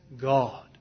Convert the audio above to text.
God